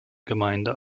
gemeinde